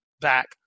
back